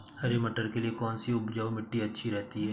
हरे मटर के लिए कौन सी उपजाऊ मिट्टी अच्छी रहती है?